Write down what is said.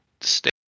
stay